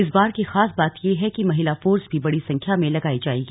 इस बार की खास बात ये है कि महिला फोर्स भी बड़ी संख्या में लगाई जाएगी